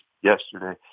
yesterday